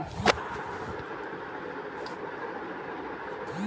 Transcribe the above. जमीने चाहे फसले ना रही त बेची का अउर खाई का